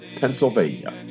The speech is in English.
Pennsylvania